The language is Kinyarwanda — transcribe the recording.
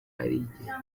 arigendera